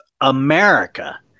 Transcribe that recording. America